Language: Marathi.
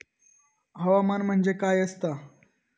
हवामान म्हणजे काय असता?